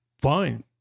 fine